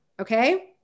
Okay